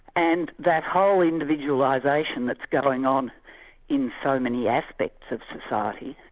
and that whole individualisation that's going on in so many aspects of society,